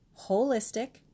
holistic